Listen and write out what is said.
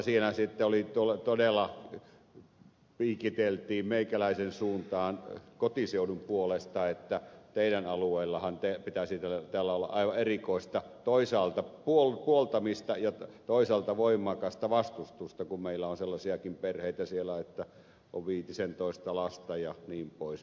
siinä sitten todella piikiteltiin meikäläisen suuntaan kotiseudun puolesta että teidän alueellannehan pitäisi tälle olla aivan erikoista toisaalta puoltamista ja toisaalta voimakasta vastustusta kun meillä on sellaisiakin perheitä siellä että on viitisentoista lasta jnp